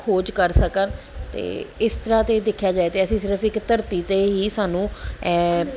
ਖੋਜ ਕਰ ਸਕਣ ਅਤੇ ਇਸ ਤਰ੍ਹਾਂ ਤੇ ਦੇਖਿਆ ਜਾਵੇ ਤਾਂ ਅਸੀਂ ਸਿਰਫ਼ ਇੱਕ ਧਰਤੀ 'ਤੇ ਹੀ ਸਾਨੂੰ ਇਹ